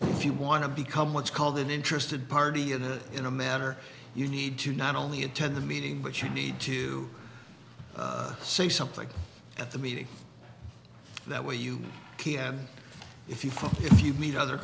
if you want to become what's called an interested party and it in a manner you need to not only attend the meeting but you need to say something at the meeting that way you can if you feel if you meet other